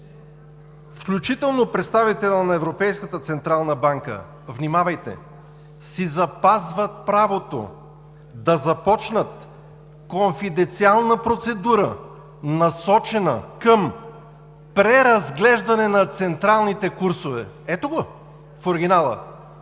централна банка – внимавайте – си запазват правото да започнат конфиденциална процедура, насочена към преразглеждане на централните курсове.“ Ето го в оригинала.